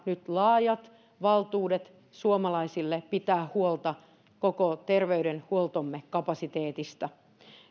nyt laajat valtuudet suomalaisille pitää huolta koko terveydenhuoltomme kapasiteetista